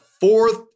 fourth